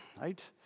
right